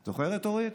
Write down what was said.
את זוכרת, אורית?